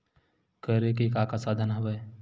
करे के का का साधन हवय?